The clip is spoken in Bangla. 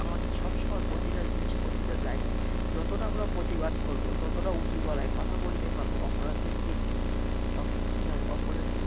আমাদের সব সমায় প্রতিটা জিনিস প্রতিটা জায়গায় যতোটা আমরা প্রতিবাদ করবো যতোটা উঁচু গলায় কথা বলতে পারবো অপরাধের বিরুদ্ধে তখন কী হবে অপরাধীর